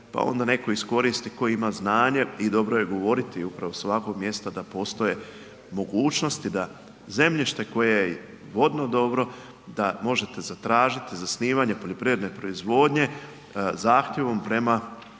pa onda netko iskoristi tko ima znanje i dobro je govoriti upravo s ovakvog mjesta da postoje mogućnosti da zemljište koje je vodno dobro da možete zatražiti zasnivanje poljoprivredne proizvodnje zahtjevom prema